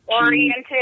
oriented